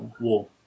war